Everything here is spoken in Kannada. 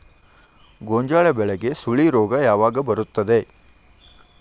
ಗೋಂಜಾಳ ಬೆಳೆಗೆ ಸುಳಿ ರೋಗ ಯಾವಾಗ ಬರುತ್ತದೆ?